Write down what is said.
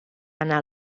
anar